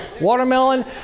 Watermelon